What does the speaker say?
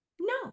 No